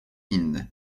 inny